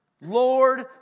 Lord